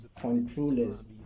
controllers